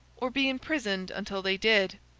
or be imprisoned until they did.